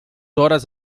horas